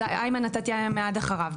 אז אתה תהיה מיד אחריו.